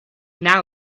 now